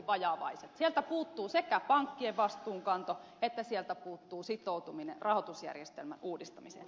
sieltä puuttuu sekä pankkien vastuunkanto että sitoutuminen rahoitusjärjestelmän uudistamiseen